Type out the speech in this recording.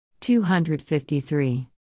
253